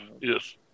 Yes